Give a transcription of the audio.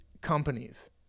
companies